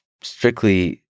strictly